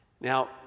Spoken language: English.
Now